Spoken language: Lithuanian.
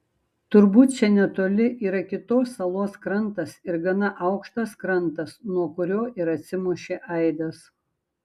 turbūt čia netoli yra kitos salos krantas ir gana aukštas krantas nuo kurio ir atsimušė aidas